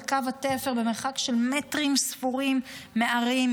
על קו התפר במרחק של מטרים ספורים מערים,